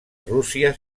rússia